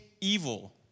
evil